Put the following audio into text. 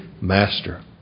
master